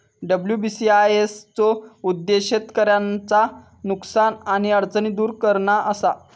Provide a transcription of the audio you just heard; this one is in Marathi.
डब्ल्यू.बी.सी.आय.एस चो उद्देश्य शेतकऱ्यांचा नुकसान आणि अडचणी दुर करणा असा